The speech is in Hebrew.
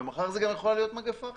ומחר זו גם יכולה להיות מגפה אחרת,